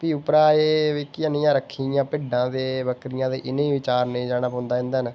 ते प्ही' उप्परा एह् रक्खी दियां भिड्डां ते बक्करियां ते इ'नेंगी बी चारने गी जाना पौंदा इंदे कन्नै